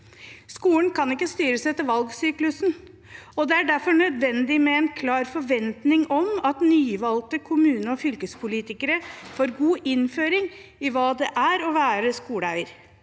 Skolen kan ikke styres etter valgsyklusen, og det er derfor nødvendig med en klar forventning om at nyvalgte kommune- og fylkespolitikere får god innføring i hva det er å være skoleeier.